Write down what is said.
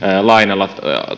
lainalla